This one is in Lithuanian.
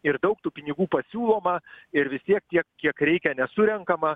ir daug tų pinigų pasiūloma ir vis tiek tiek kiek reikia nesurenkama